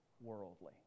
worldly